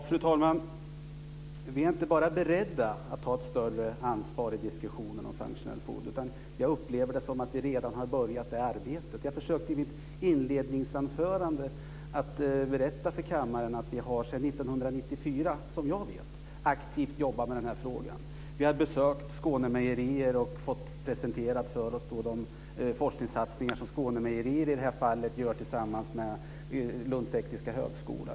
Fru talman! Vi är inte bara beredda att ta ett större ansvar i diskussionen om functional food, utan jag upplever det så att vi redan har börjat det arbetet. Jag försökte i mitt inledningsanförande berätta för kammaren att vi sedan 1994 har jobbat aktivt med den här frågan. Vi har besökt Skånemejerier och fått presenterade för oss de forskningssatsningar som Skånemejerier i det här fallet gör tillsammans med Lunds tekniska högskola.